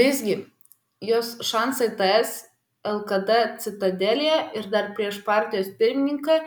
visgi jos šansai ts lkd citadelėje ir dar prieš partijos pirmininką